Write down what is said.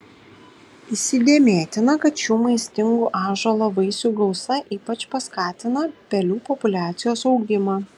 įsidėmėtina kad šių maistingų ąžuolo vaisių gausa ypač paskatina pelių populiacijos augimą